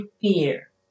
fear